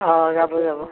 অঁ যাব যাব